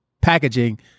packaging